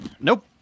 Nope